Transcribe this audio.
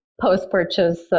post-purchase